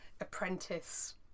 apprentice